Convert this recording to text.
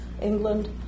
England